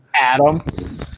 Adam